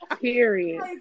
Period